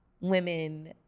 women